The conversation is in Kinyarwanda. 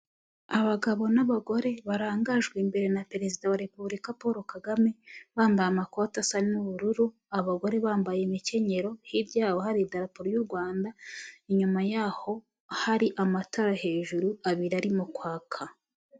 Abagabo n'abagore barangajwe imbere na perezida wa repubulika Paul Kagame, bambaye amakote asa n'ubururu, abagore bambaye imkenyero, hirya yaho hari idarapo y'u Rwanda, inyuma yaho hari amatara hejuru abiri arimo kwaka.